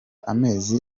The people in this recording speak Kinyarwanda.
amezi